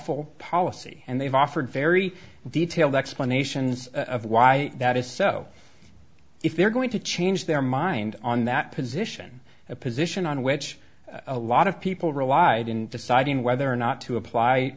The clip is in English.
ul policy and they've offered very detailed explanations of why that is so if they're going to change their mind on that position a position on which a lot of people relied in deciding whether or not to apply